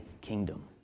kingdom